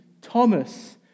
Thomas